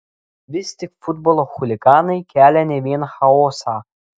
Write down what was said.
vis tik futbolo chuliganai kelia ne vien chaosą